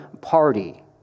party